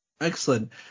Excellent